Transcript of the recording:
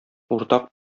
уртак